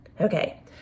Okay